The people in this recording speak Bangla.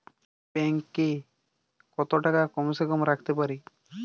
ব্যাঙ্ক এ কত টাকা কম সে কম রাখতে পারি?